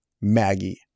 Maggie